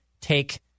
Take